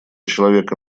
человека